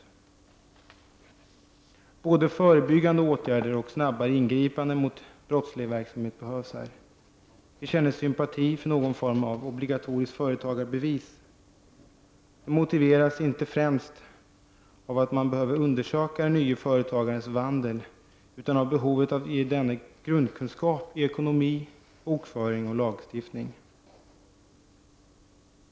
Här behövs både förebyggande insatser och snabba ingripanden mot brottslig verksamhet. Vi känner sympati för förslaget att införa någon form av obligatoriskt företagarbevis. Detta motiveras inte främst av att man behöver undersöka den nye företagarens vandel utan av behovet att ge denne grundkunskap i ekonomi, bokföring och lagstiftning.